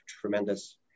tremendous